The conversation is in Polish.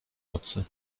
nocy